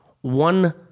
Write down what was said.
one